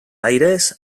aires